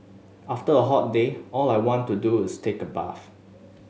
after a hot day all I want to do is take a bath